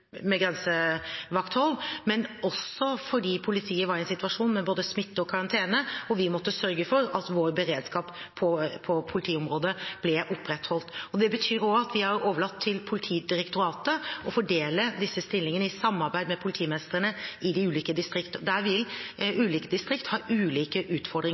med grensevakthold, at politiet var i en situasjon med både smitte og karantene, og at vi måtte sørge for at vår beredskap på politiområdet ble opprettholdt. Det betyr også at vi har overlatt til Politidirektoratet å fordele disse stillingene i samarbeid med politimestrene i de ulike distriktene. Ulike distrikter vil ha ulike utfordringer.